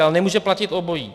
Ale nemůže platit obojí.